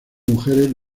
mujeres